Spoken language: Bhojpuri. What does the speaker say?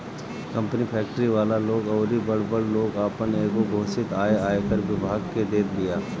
कंपनी, फेक्ट्री वाला लोग अउरी बड़ बड़ लोग आपन एगो घोषित आय आयकर विभाग के देत बिया